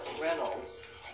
Reynolds